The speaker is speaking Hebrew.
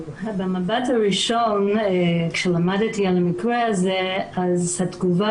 במבט הראשון כשלמדתי על המקרה הזה אז התגובה